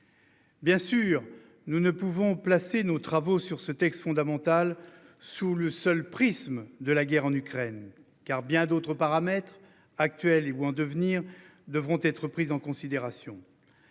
Bien sûr, nous ne pouvons placer nos travaux sur ce texte fondamental sous le seul prisme de la guerre en Ukraine car bien d'autres paramètres actuels ou en devenir devront être prises en considération.